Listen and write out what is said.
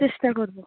চেষ্টা করবো